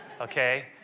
Okay